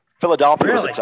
Philadelphia